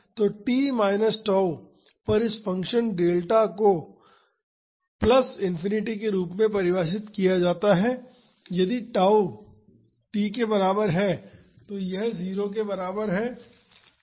तो t minus tau पर इस फ़ंक्शन डेल्टा को प्लस इन्फिनिटी के रूप में परिभाषित किया जाता है यदि t tau के बराबर है और यह 0 के बराबर है